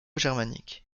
germanique